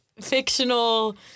fictional